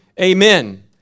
amen